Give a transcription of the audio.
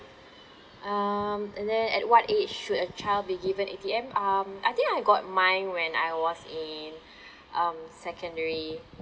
um and then at what age should a child be given A_T_M um I think I got mine when I was in um secondary